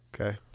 Okay